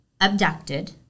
abducted